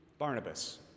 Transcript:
Barnabas